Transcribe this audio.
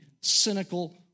cynical